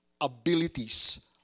abilities